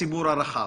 הציבור הרחב.